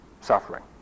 suffering